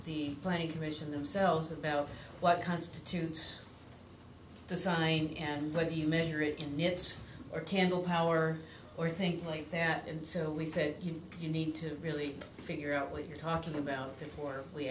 the planning commission themselves about what constitutes design and what you measure it in its candle power or things like that and so we said you know you need to really figure out what you're talking about before we